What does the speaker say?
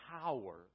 power